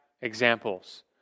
examples